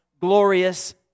glorious